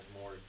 more